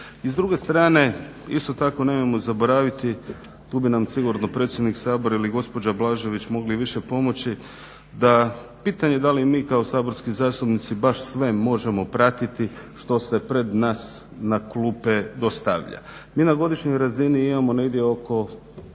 I s druge strane, isto tako nemojmo zaboraviti, tu bi nam sigurno predsjednik Sabora ili gospođa Blažević mogli više pomoći pitanje da li mi kao saborski zastupnici baš sve možemo pratiti što se pred nas na klupe dostavlja. Mi na godišnjoj razini imamo negdje oko